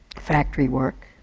factory work.